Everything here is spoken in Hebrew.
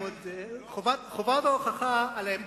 חובת ההוכחה עליהם.